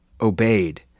obeyed